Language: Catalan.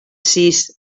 sis